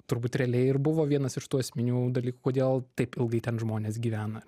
turbūt realiai ir buvo vienas iš tų esminių dalykų kodėl taip ilgai ten žmonės gyvena